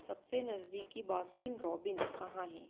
सबसे नज़दीकी Baskin Robin कहाँ हैं